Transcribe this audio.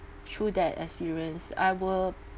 through that experience I will